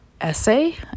essay